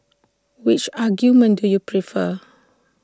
which argument do you prefer